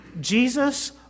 Jesus